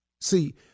See